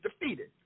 defeated